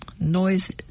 noise